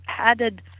added